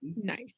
Nice